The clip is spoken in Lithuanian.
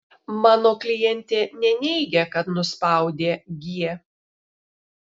mano klientė neneigia kad nuspaudė g